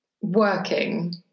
working